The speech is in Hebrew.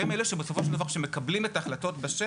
שהם אלה שבסופו של דבר מקבלים את ההחלטות בשטח,